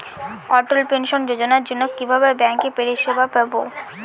অটল pension যোজনার জন্য কিভাবে ব্যাঙ্কে পরিষেবা পাবো?